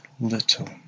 little